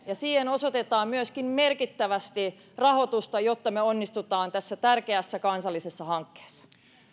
ja siihen osoitetaan myöskin merkittävästi rahoitusta jotta me onnistumme tässä tärkeässä kansallisessa hankkeessa